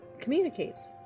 communicates